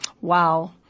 Wow